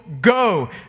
go